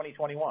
2021